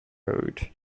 road